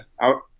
out